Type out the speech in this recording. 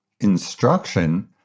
instruction